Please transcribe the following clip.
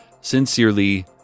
Sincerely